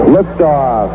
Liftoff